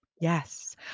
Yes